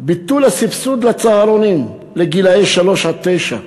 ביטול הסבסוד לצהרונים לגילאי שלוש עד תשע.